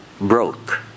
broke